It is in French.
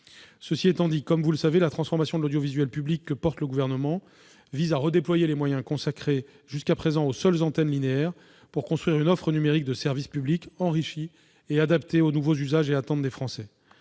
Cela étant dit, comme vous le savez, la transformation de l'audiovisuel public que porte le Gouvernement vise à redéployer des moyens consacrés jusqu'à présent aux seules antennes linéaires, pour construire une offre numérique de service public enrichie et adaptée aux nouveaux usages et attentes des Français.